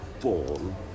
born